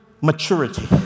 maturity